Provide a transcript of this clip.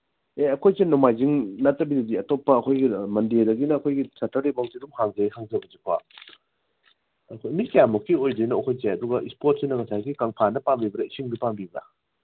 ꯑꯦ ꯑꯩꯈꯣꯏꯁꯦ ꯅꯣꯡꯃꯥꯏꯖꯤꯡ ꯅꯠꯇꯕꯤꯗꯗꯤ ꯑꯇꯣꯞꯄ ꯑꯩꯈꯣꯏꯒꯤ ꯃꯟꯗꯦꯗꯒꯤꯅ ꯑꯩꯈꯣꯏꯒꯤ ꯁꯦꯇꯔꯗꯦ ꯐꯥꯎꯕꯁꯦ ꯑꯗꯨꯝ ꯍꯥꯡꯖꯩ ꯍꯥꯏꯖꯕꯁꯦꯀꯣ ꯃꯤ ꯀꯌꯥꯃꯨꯛꯀꯤ ꯑꯣꯏꯗꯣꯏꯅꯣ ꯑꯩꯈꯣꯏꯁꯦ ꯑꯗꯨꯒ ꯏꯁꯄꯣꯠꯁꯤꯅ ꯉꯁꯥꯏꯒꯤ ꯀꯪꯐꯥꯟꯗ ꯄꯥꯝꯕꯤꯕ꯭ꯔꯥ ꯏꯁꯤꯡꯗ ꯄꯥꯝꯕꯤꯕ꯭ꯔꯥ